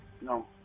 No